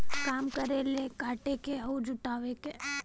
काम करेला काटे क अउर जुटावे क